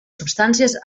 substàncies